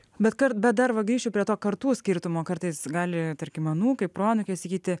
bet kar bet dar va grįšiu prie to kartų skirtumo kartais gali tarkim anūkai proanūkiai sakyti